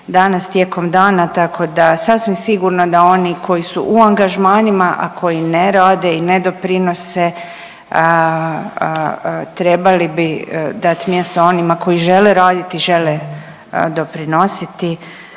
danas tijekom dana, tako da sasvim sigurno da oni koji su u angažmanima, a koji ne rade i ne doprinose trebali bi dat mjesto onima koji žele raditi i žele doprinositi